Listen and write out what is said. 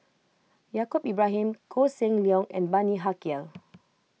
Yaacob Ibrahim Koh Seng Leong and Bani Haykal